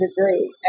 degree